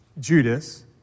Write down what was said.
Judas